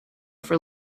for